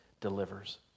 delivers